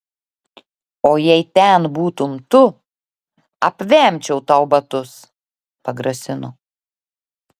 o jei ten būtum tu apvemčiau tau batus pagrasino